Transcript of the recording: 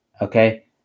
okay